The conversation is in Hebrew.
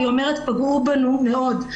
והיא אומרת: פגעו בנו מאוד.